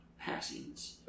passings